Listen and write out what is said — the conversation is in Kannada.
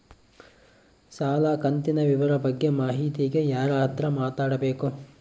ಸಾಲ ಕಂತಿನ ವಿವರ ಬಗ್ಗೆ ಮಾಹಿತಿಗೆ ಯಾರ ಹತ್ರ ಮಾತಾಡಬೇಕು?